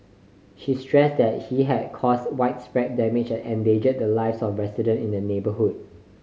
she stressed that he had caused widespread damage and endangered the lives of residents in the neighbourhood